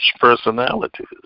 personalities